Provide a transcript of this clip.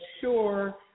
sure